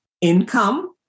income